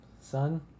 son